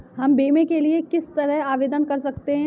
हम बीमे के लिए किस तरह आवेदन कर सकते हैं?